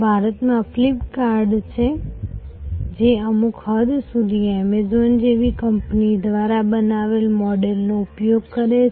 ભારતમાં Flipkart છે જે અમુક હદ સુધી એમેઝોન જેવી કંપનીઓ દ્વારા બનાવેલ મોડેલનો ઉપયોગ કરે છે